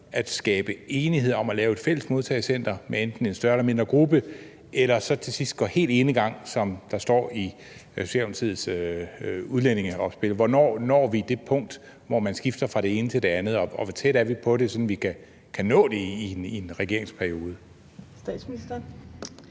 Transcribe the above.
at skabe enighed om at lave et fælles modtagecentre med enten en større eller mindre gruppe, eller så til sidst går helt enegang, som der står i Socialdemokratiets udlændingeopspil. Hvornår når vi det punkt, hvor man skifter fra det ene til det andet, og hvor tæt er vi på det, sådan at vi kan nå det i en regeringsperiode? Kl.